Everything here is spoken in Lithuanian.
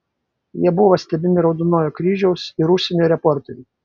jie buvo stebimi raudonojo kryžiaus ir užsienio reporterių